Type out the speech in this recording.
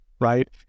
right